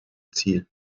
ziel